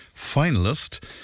finalist